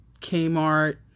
Kmart